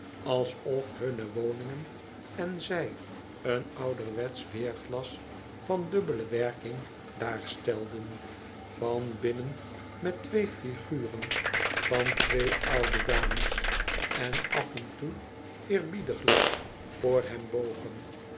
alsof hunne woningen en zij een ouderwetsch weerglas van dubbele werking daarstelden van binnen met twee figuren van twee oude damas en af en toe eerbiediglijk voor hem bogen